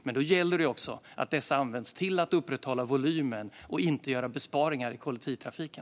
Men då gäller det att dessa används till att upprätthålla volymen och inte göra besparingar i kollektivtrafiken.